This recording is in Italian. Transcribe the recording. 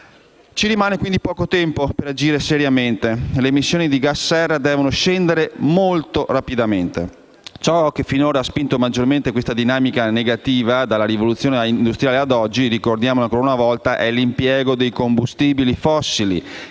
Ci rimane quindi poco tempo per agire seriamente: le emissioni di gas serra devono scendere molto rapidamente. Ciò che finora ha spinto maggiormente questa dinamica negativa dalla rivoluzione industriale ad oggi è - ricordiamolo ancora una volta - l'impiego dei combustibili fossili,